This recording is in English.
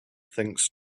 thinks